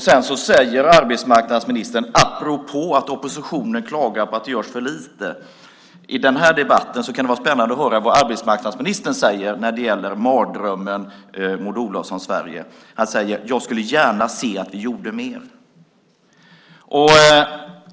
Sedan säger arbetsmarknadsministern apropå att oppositionen klagar på att det görs för lite, och i den här debatten kan det vara spännande att höra vad arbetsmarknadsministern säger när det gäller mardrömmen Maud Olofssons Sverige: Jag skulle gärna se att vi gjorde mer.